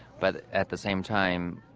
but at the same time,